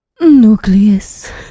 nucleus